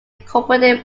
incorporated